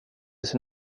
sin